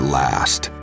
last